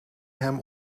hem